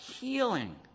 healing